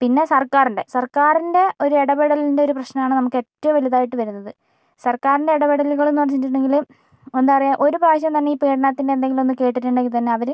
പിന്നെ സർക്കാറിൻ്റെ സർക്കാറിൻ്റെ ഒരു ഇടപെടലിൻ്റെ ഒരു പ്രശ്നമാണ് നമുക്ക് ഏറ്റവും വലുതായിട്ട് വരുന്നത് സർക്കാറിൻ്റെ ഇടപെടലുകൾ എന്നു വച്ചിട്ടുണ്ടെങ്കിൽ എന്താ പറയുക ഒരു പ്രാവശ്യം തന്നെ ഈ പീഡനത്തിൻ്റെ എന്തെങ്കിലും ഒന്ന് കേട്ടിട്ടുണ്ടങ്കിൽ തന്നെ അവർ